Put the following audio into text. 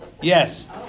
Yes